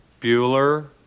Bueller